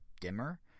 dimmer